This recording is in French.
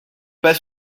pas